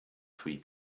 three